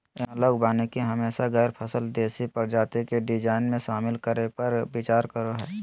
analogue वानिकी हमेशा गैर फसल देशी प्रजाति के डिजाइन में, शामिल करै पर विचार करो हइ